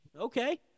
Okay